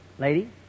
Lady